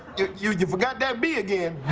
you you forgot that b again